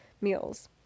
meals